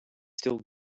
still